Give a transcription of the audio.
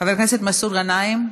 חבר הכנסת מסעוד גנאים,